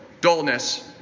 dullness